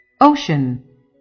Ocean